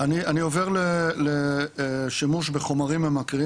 אני עובר לשימוש בחומרים ממכרים